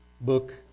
book